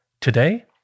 Today